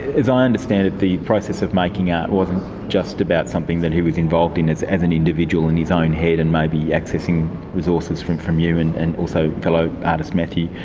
as i understand it, the process of making art wasn't just about something that he was involved in as as an individual in his own head and maybe accessing resources from from you and and also fellow artist matthew,